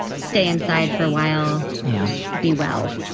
stay inside for a while. yeah. be well